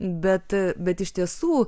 bet bet iš tiesų